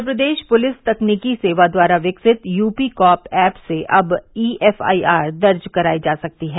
उत्तर Pradesh police तकनीकी सेवा द्वारा विकसित यूपी कॉप एप से अब ई एफआईआर दर्ज कराई जा सकती है